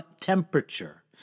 temperature